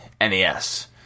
NES